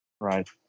Right